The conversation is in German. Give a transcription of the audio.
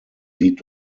sieht